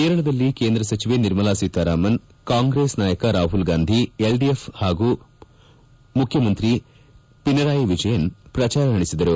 ಕೇರಳದಲ್ಲಿ ಕೇಂದ್ರ ಸಚಿವೆ ನಿರ್ಮಲಾ ಸೀತಾರಾಮನ್ ಕಾಂಗ್ರೆಸ್ ನಾಯಕ ರಾಹುಲ್ ಗಾಂಧಿ ಎಲ್ಡಿಎಫ್ ನಾಯಕ ಪಾಗೂ ಮುಖ್ಯಮಂತ್ರಿ ಪಿನರಾಯ್ ವಿಜಯನ್ ಪ್ರಚಾರ ನಡೆಸಿದರು